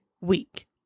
week